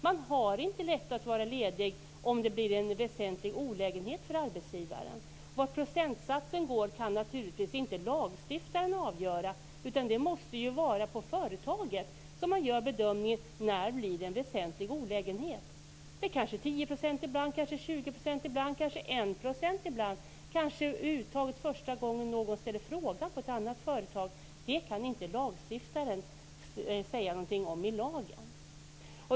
Man har inte rätt att vara ledig om det blir en väsentlig olägenhet för arbetsgivaren. Var procentsatsen går kan lagstiftaren naturligtvis inte avgöra, utan det måste vara på företaget som det görs en bedömning av när det blir en väsentlig olägenhet. Det kanske är 10 % eller 20 %. Ibland kanske det är 1 % första gången som någon ställer frågan på ett företag. Det kan inte lagstiftaren säga någonting om i lagen.